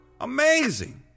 amazing